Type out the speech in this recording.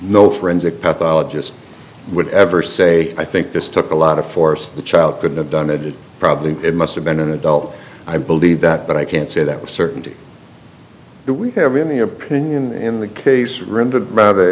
no forensic pathologist would ever say i think this took a lot of force the child could have done it it probably it must have been an adult i believe that but i can't say that with certainty that we have any opinion in the case ren